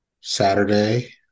Saturday –